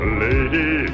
lady